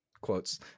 quotes